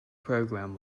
program